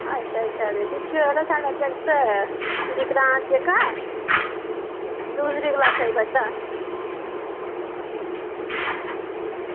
अच्छा अच्छा यरो दिक्खेओ साढ़ा जागत विक्रांत जेह्ड़ा दूसरी क्लॉसै च पढ़दा